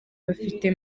bafite